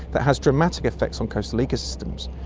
that has dramatic effects on coastal ecosystems.